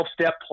step